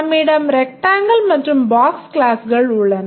நம்மிடம் Rectangle மற்றும் Box கிளாஸ்கள் உள்ளன